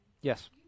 Yes